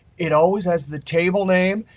it always has the table name,